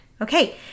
Okay